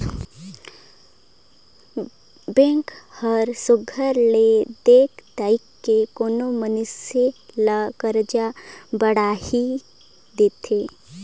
bank हर सुग्घर ले देख ताएक के कोनो मइनसे ल करजा बाड़ही देथे